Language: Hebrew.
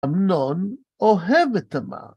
אמנון אוהב את תמר